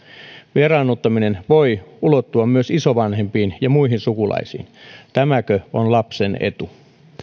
vieraannuttaminen voi ulottua myös isovanhempiin ja muihin sukulaisiin tämäkö on lapsen etu